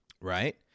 right